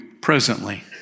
presently